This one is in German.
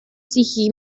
sich